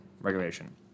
regulation